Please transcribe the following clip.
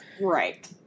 Right